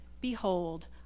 behold